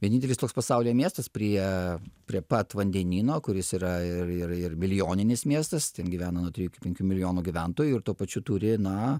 vienintelis toks pasaulyje miestas prie prie pat vandenyno kuris yra ir ir ir milijoninis miestas ten gyvena nuo trijų iki penkių milijonų gyventojų ir tuo pačiu turi na